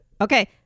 okay